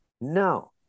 No